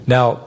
Now